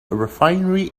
refinery